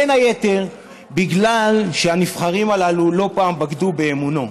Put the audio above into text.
בין היתר, בגלל שהנבחרים הללו לא פעם בגדו באמונו.